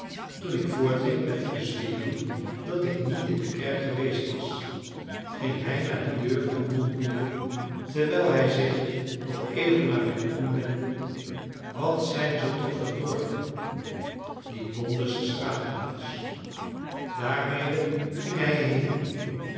toen ik voortging met te bezweren dat ik niet in de kerk geweest was ging hij naar de deur en mompelde terwijl hij zich nog even naar mij omwendde wat zijn ze toch verdorven die londensche straatjongens daarmede ging hij heen